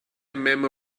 memo